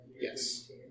Yes